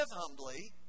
humbly